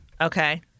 Okay